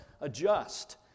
adjust